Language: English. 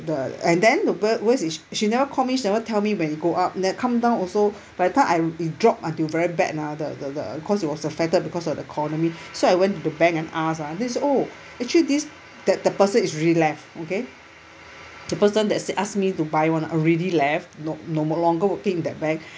the and then where where is she she never call me she never tell me when it go up then come down also by the time I it drop until very bad lah the the the cause it was affected because of the economy so I went to the bank and ask ah they said oh actually this the the person's already left okay the person that asked me to buy [one] already left no no more longer working in that bank